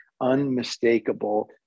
unmistakable